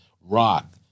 rock